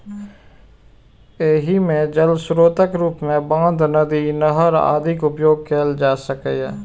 एहि मे जल स्रोतक रूप मे बांध, नदी, नहर आदिक उपयोग कैल जा सकैए